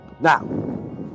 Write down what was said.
Now